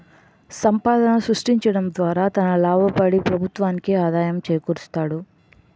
సంపాదన సృష్టించడం ద్వారా తన లాభపడి ప్రభుత్వానికి ఆదాయం చేకూరుస్తాడు